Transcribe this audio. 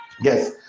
Yes